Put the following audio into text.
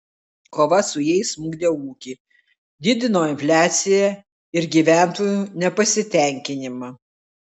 kova su jais smukdė ūkį didino infliaciją ir gyventojų nepasitenkinimą